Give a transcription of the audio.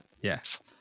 Yes